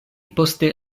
poste